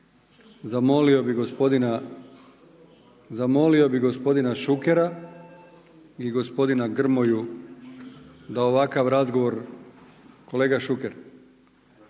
zamolio bih gospodina Šukera i gospodina Grmoju da ovakav razgovor, kolega Šuker,